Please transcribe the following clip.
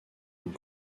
une